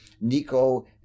Nico